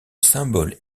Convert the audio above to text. symbole